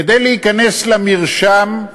כדי להיכנס למרשם,